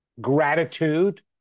gratitude